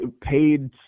paid